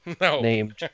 named